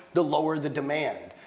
the lower the demand.